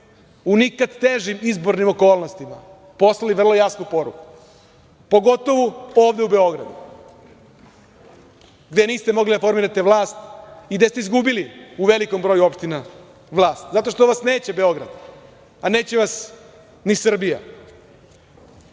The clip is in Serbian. u nikad težim izbornim okolnostima poslali vrlo jasnu poruku, pogotovu ovde u Beogradu, gde niste mogli da formirate vlast i gde ste izgubili u velikom broju opština vlast. Zato što vas neće Beograd, a neće vas ni Srbija. Znam